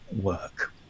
work